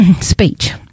speech